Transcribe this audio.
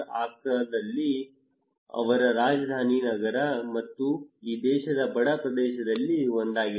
ಅಕ್ರಾದಿಂದ ಅವರ ರಾಜಧಾನಿ ನಗರ ಮತ್ತು ಈ ದೇಶದ ಬಡ ಪ್ರದೇಶದಲ್ಲಿ ಒಂದಾಗಿದೆ